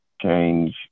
change